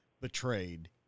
betrayed